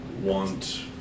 want